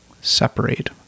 Separate